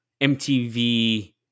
MTV